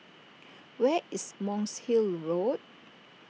where is Monk's Hill Road